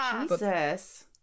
Jesus